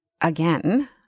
again